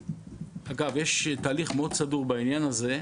אגב, יש תהליך מאוד סדור בעניין הזה,